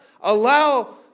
Allow